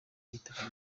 bitabye